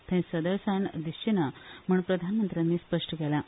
थंय सदळसाण दिसचीना म्हण प्रधानमंत्र्यांनी स्पश्ट केलां